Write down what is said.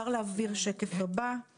מה שנקרא, תספרו גם למורה מה מצחיק